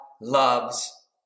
loves